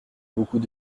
beaucoup